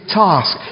task